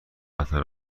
قطار